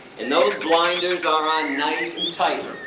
and those blinders are on nice and tightly,